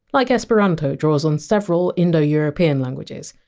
like esperanto draws on several indo-european languages.